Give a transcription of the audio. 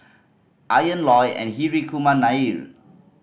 Ian Loy and Hri Kumar Nair